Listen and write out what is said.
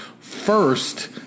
first